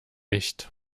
nicht